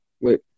Wait